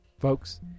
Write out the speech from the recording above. folks